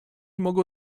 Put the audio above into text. mogą